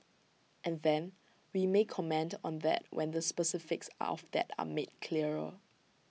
and then we may comment on that when the specifics of that are made clearer